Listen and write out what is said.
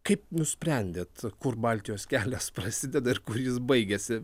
kaip nusprendėt kur baltijos kelias prasideda ir kur jis baigiasi